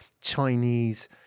Chinese